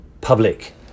public